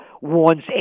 Warns